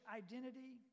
identity